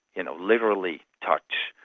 you know, literally touch.